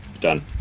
Done